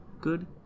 good